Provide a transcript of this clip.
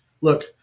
look